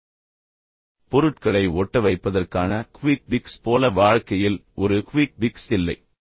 மீண்டும் நினைவில் கொள்ளுங்கள் பொருட்களை ஓட்ட வைப்பதற்கான க்விக் பிக்ஸ் போல வாழக்கையில் ஒரு க்விக் பிக்ஸ் இல்லை